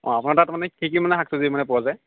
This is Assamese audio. অঁ আপোনাৰ তাত মানে কি কি মানে শাক চব্জি পোৱা যায়